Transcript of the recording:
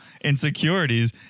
insecurities